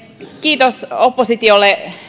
kiitos oppositiolle